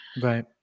Right